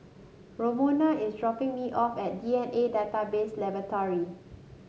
Romona is dropping me off at D N A Database Laboratory